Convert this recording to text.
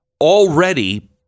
already